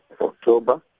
October